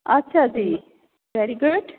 ਅੱਛਾ ਜੀ very good